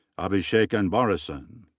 abishek anbarasan.